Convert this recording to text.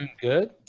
good